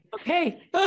okay